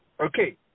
Okay